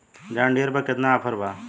John Deere पर केतना offer बा?